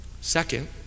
Second